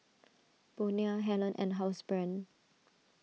Bonia Helen and Housebrand